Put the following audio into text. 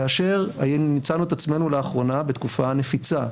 כאשר מצאנו את עצמנו לאחרונה בתקופה נפיצה,